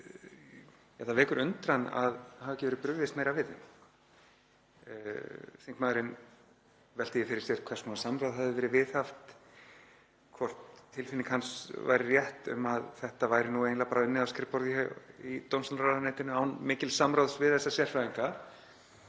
Það vekur undrun að ekki hafi verið brugðist meira við þeim. Þingmaðurinn veltir því fyrir sér hvers konar samráð hefði verið viðhaft, hvort tilfinning hans væri rétt um að þetta væri nú eiginlega bara unnið á skrifborði í dómsmálaráðuneytinu án mikils samráðs við þessa sérfræðinga.